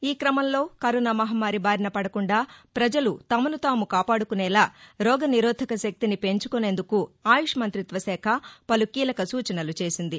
ఈ క్రమంలో కరోనా మహమ్మారి బారినపడకుండా ప్రజలు తమను తాము కాపాడుకునేలా రోగ నిరోధక శక్తిని పెంచుకొనేందుకు ఆయుష్ మంత్రిత్వశాఖ పలు కీలక సూచనలు చేసింది